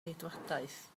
geidwadaeth